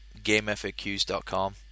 GameFAQs.com